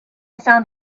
found